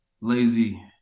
Lazy